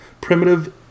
primitive